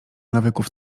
nawyków